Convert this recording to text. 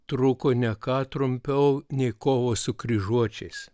truko ne ką trumpiau nei kovos su kryžuočiais